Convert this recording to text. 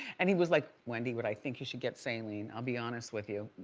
and he was like, wendy but i think you should get saline. i'll be honest with you.